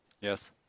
Yes